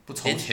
then